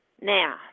Now